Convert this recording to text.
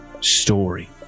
story